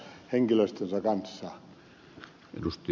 arvoisa puhemies